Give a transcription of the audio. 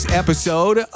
episode